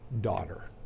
daughter